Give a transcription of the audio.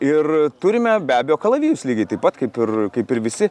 ir turime be abejo kalavijus lygiai taip pat kaip ir kaip ir visi